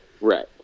right